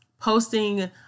posting